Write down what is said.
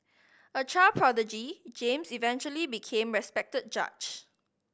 a child prodigy James eventually became a respected judge